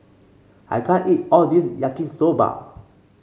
I can't eat all this Yaki Soba